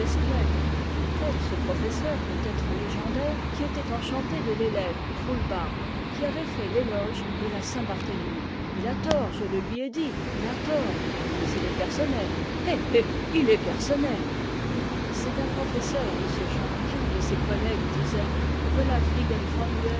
ce professeur peut-être légendaire qui était enchanté de l'élève croulebarbe qui avait fait l'éloge de la saint barthélémy il a tort je le lui ai dit il a tort mais il est personnel eh eh il est personnel c'est d'un professeur de ce genre qu'un de ses collègues disait voilà